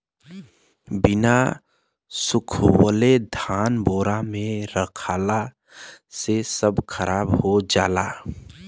बिना सुखवले धान बोरा में रखला से सब खराब हो जाला